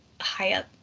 high-up